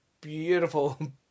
Beautiful